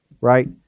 right